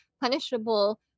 punishable